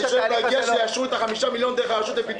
אני שואף להגיע לכך שיאשרו את ה-5 מיליון שקל דרך הרשות לפיתוח.